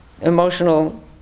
emotional